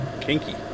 Kinky